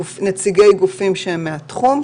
נציגי גופים שהם מהתחום,